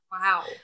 Wow